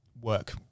work